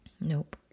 Nope